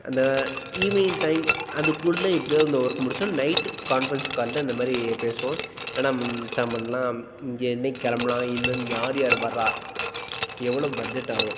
அந்த evening time அதுக்குள்ளே எப்படியாவது இந்த ஒர்க்கை முடிச்சுருவோம் நைட்டு கான்ஃபரென்ஸ் காலில் இந்த மாதிரி பேசுவோம் என்னடா மச்சான் பண்ணலாம் இங்கே என்னைக்கி கிளம்பலாம் இன்னும் யார் யார் வர்றா எவ்வளவு பட்ஜெட் ஆகும்